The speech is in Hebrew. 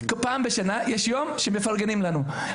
פעם בשנה יש יום שמפרגנים לנו.